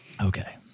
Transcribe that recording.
Okay